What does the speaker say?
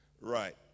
Right